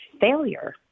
failure